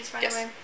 Yes